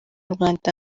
rwanda